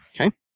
Okay